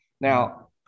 Now